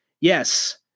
Yes